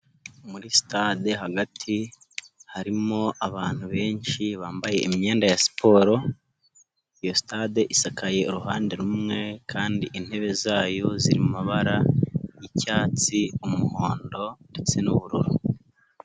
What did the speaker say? Muri sitade hagati, harimo abantu benshi bambaye imyenda ya siporo, iyo sitade isakaye i uruhande rumwe kandi intebe zayo zimabara, icyatsi, umuhondo ndetse n'ubururu.